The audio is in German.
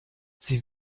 sie